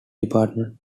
department